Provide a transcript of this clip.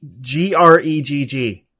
G-R-E-G-G